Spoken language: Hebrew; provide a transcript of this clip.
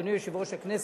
אדוני יושב-ראש הכנסת,